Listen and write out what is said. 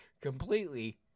completely